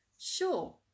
sure